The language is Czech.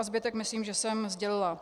Zbytek, myslím, že jsem sdělila.